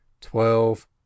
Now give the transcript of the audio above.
twelve